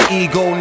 ego